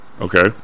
okay